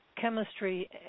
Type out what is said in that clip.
chemistry